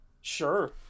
Sure